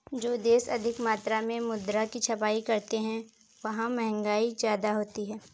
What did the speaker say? जो देश अधिक मात्रा में मुद्रा की छपाई करते हैं वहां महंगाई ज्यादा होती है